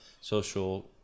social